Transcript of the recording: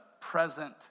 present